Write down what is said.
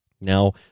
Now